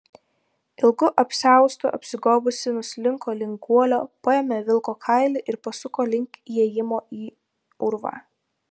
ilgu apsiaustu apsigobusi nuslinko link guolio paėmė vilko kailį ir pasuko link įėjimo į urvą